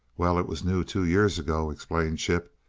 well, it was new two years ago, explained chip,